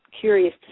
curious